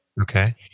Okay